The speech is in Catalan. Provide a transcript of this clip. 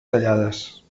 tallades